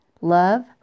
love